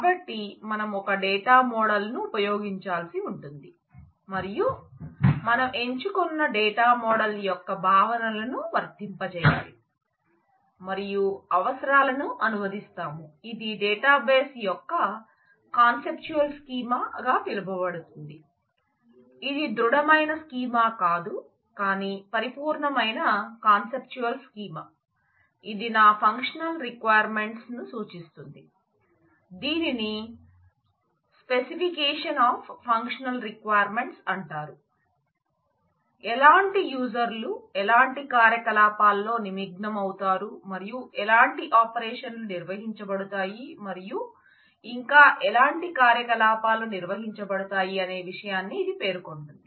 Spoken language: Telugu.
కాబట్టి మనం ఒక డేటా మోడల్ను నిర్వహించబడతాయి మరియు ఇంకా ఎలాంటి కార్యకలాపాలు నిర్వహించబడతాయి అనే విషయాన్ని ఇది పేర్కొంటుంది